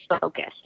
focused